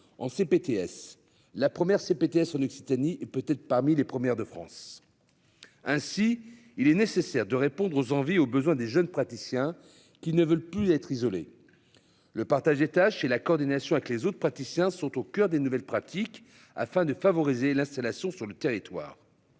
en CPTS la première CPTS en Occitanie et peut être parmi les premières de France. Ainsi, il est nécessaire de répondre aux envies aux besoins des jeunes praticiens qui ne veulent plus être isolé. Le partage des tâches et la coordination avec les autres praticiens sont au coeur des nouvelles pratiques afin de favoriser l'installation sur le territoire.--